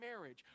marriage